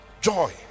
joy